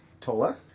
Tola